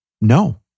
No